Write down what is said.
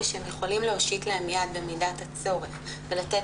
שהם יכולים להושיט להם יד במידת הצורך ולתת